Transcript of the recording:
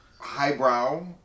highbrow